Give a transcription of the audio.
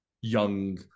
young